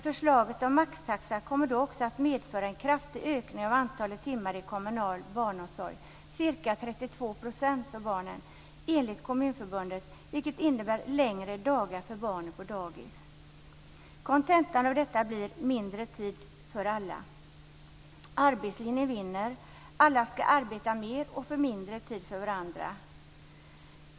Förslaget om maxtaxa kommer då också att medföra en kraftig ökning av antalet timmar i kommunal barnomsorg, ca 32 % för barnen enligt Kommunförbundet, vilket innebär längre dagar för barnen på dagis. Kontentan av detta blir mindre tid för alla. Arbetslinjen vinner. Alla ska arbeta mer och man får mindre tid för varandra.